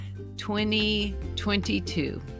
2022